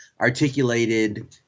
articulated